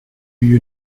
you